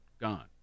Gone